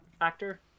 actor